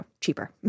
cheaper